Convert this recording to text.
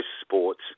sports